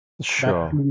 Sure